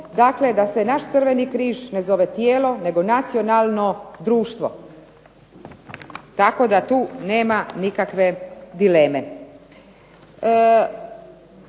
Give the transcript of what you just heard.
dakle da se naš Crveni križ ne zove tijelo, nego nacionalno društvo. Tako da tu nema nikakve dileme.